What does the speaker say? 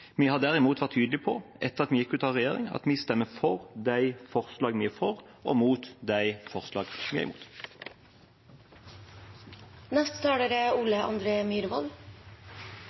Vi har derimot vært tydelige på, etter at vi gikk ut av regjering, at vi stemmer for de forslagene vi er for, og mot de forslagene vi er